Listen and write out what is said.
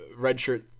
redshirt